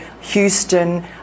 Houston